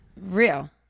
Real